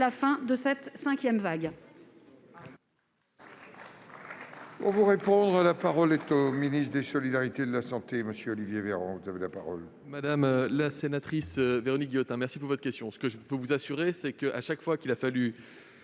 la fin de cette cinquième vague